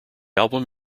album